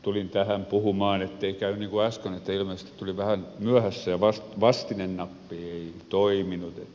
tulin tähän puhumaan ettei käy niin kuin äsken että ilmeisesti tulin vähän myöhässä ja vastinenappi ei toiminut